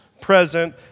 present